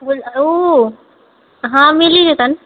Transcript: ओ हँ मिली जेतनि